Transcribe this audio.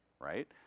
right